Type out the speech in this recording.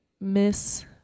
miss